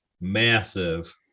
massive